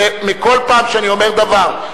כל פעם שאני אומר דבר,